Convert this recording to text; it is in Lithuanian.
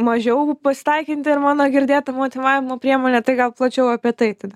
mažiau pasitaikanti ir mano girdėta motyvavimo priemonė tai gal plačiau apie tai tada